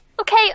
Okay